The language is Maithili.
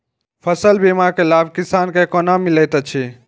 फसल बीमा के लाभ किसान के कोना मिलेत अछि?